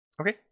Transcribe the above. Okay